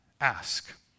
ask